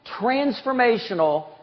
transformational